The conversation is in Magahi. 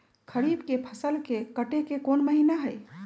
खरीफ के फसल के कटे के कोंन महिना हई?